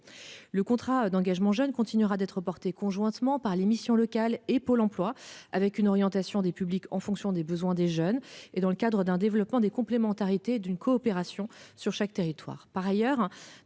Le contrat d'engagement jeune continuera d'être porté conjointement par les missions locales et pour l'emploi avec une orientation des publics en fonction des besoins des jeunes et dans le cadre d'un développement des complémentarités d'une coopération sur chaque territoire